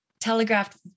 telegraphed